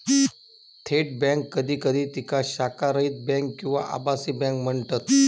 थेट बँक कधी कधी तिका शाखारहित बँक किंवा आभासी बँक म्हणतत